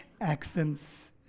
accents